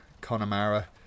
Connemara